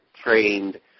trained